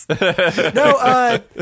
No